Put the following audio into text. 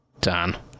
Dan